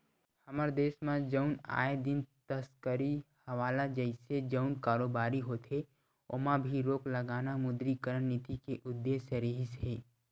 हमर देस म जउन आए दिन तस्करी हवाला जइसे जउन कारोबारी होथे ओमा भी रोक लगाना विमुद्रीकरन नीति के उद्देश्य रिहिस हे